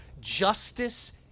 justice